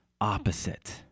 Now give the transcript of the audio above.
opposite